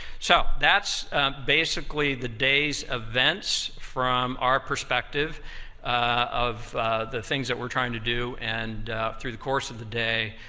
so that's basically the day's events from our perspective of the things that we're trying to do, and through the course of the day,